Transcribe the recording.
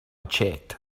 checked